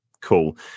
cool